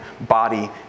body